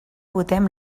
votem